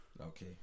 Okay